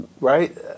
right